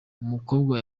umukobwa